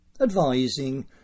advising